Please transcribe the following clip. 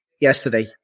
yesterday